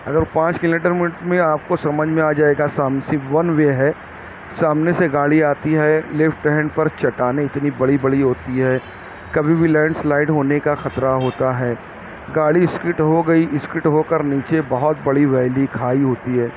اگر پانچ کلو میٹر میں آپ کو سمجھ میں آ جائے گا سب ون وے ہے سامنے سے گاڑی آتی ہے لیفٹ ہینڈ پر چٹانیں اتنی بڑی بڑی ہوتی ہے کبھی بھی لینڈ سلائڈ ہونے کا خطرہ ہوتا ہے گاڑی سکڈ ہو گئی سکڈ ہو کر نیچے بہت بڑی ویلی کھائی ہوتی ہے